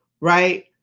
right